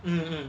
mm mm